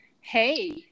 Hey